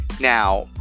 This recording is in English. Now